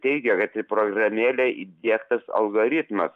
teigia kad į programėlę įdiegtas algoritmas